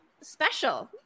special